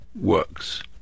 Works